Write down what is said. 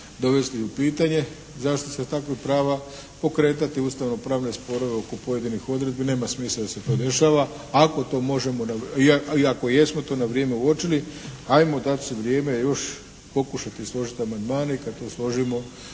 dovesti u pitanje zaštita takvih prava, pokretati ustavnopravne sporove oko pojedinih odredbi. Nema smisla da se to dešava, ako to možemo i ako jesmo to na vrijeme uočili, ajmo dati si vrijeme još pokušati složiti amandmane i kad to složimo